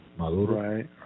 Maduro